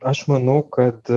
aš manau kad